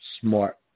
smart